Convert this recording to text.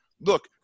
look